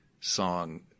song